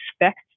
expect